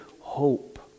hope